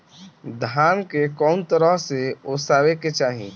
धान के कउन तरह से ओसावे के चाही?